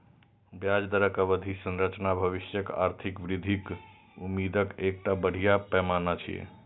ब्याज दरक अवधि संरचना भविष्यक आर्थिक वृद्धिक उम्मीदक एकटा बढ़िया पैमाना छियै